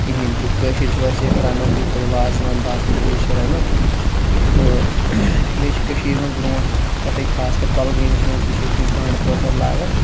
کِہیٖنۍ تہِ کٲشِرۍ چھِ ویسے رَنان تہِ یِتھ پٲٹھۍ وازٕوان باقٕے چیٖز چھِ رَنان تہٕ بیٚیہِ چھِ کٔشیٖر مَنٛز برٛونٛٹھ پٮ۪ٹھے خاص کر کۄلگٲمِس مَنٛز تہِ چھِ ٲسۍ مِتۍ بانٛٛڈٕ پٲتھٕر لاگان